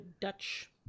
dutch